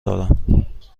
دارم